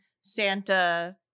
santa